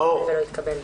מאור, בבקשה.